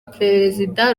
perezida